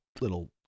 little